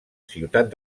ciutat